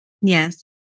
Yes